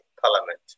parliament